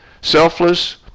selfless